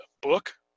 book